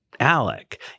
ALEC